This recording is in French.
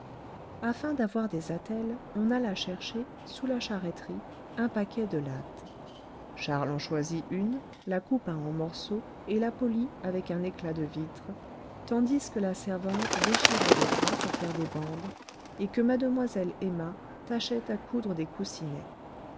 afin d'avoir des attelles on alla chercher sous la charreterie un paquet de lattes charles en choisit une la coupa en morceaux et la polit avec un éclat de vitre tandis que la servante déchirait des draps pour faire des bandes et que mademoiselle emma tâchait à coudre des coussinets